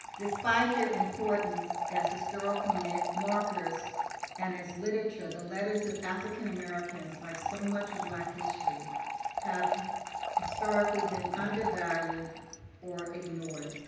despite their importance as historical markers and as literature, the letters of african americans like so much of black history have historically been undervalued or ignored.